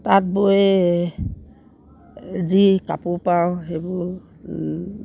তাত বৈ যি কাপোৰ পাওঁ সেইবোৰ